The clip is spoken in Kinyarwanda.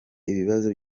ibibazo